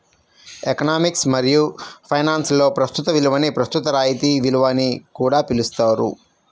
economics మరియు ఫైనాన్స్లో ప్రస్తుత విలువని ప్రస్తుత రాయితీ విలువ అని కూడా పిలుస్తారు